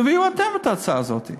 תביאו אתם את ההצעה הזאת.